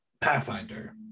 Pathfinder